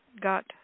got